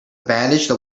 bandage